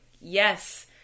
yes